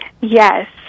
Yes